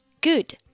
good